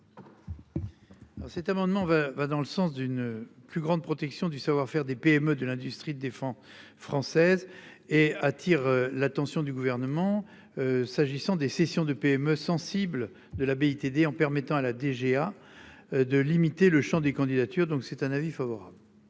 Cet amendement va, va dans le sens d'une plus grande protection du savoir-faire des PME de l'industrie de défense française et attire l'attention du gouvernement. S'agissant des sessions de PME sensible de la BITD en permettant à la DGA. De limiter le Champ des candidatures, donc c'est un avis favorable.